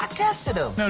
tested em.